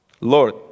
Lord